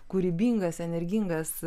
kūrybingas energingas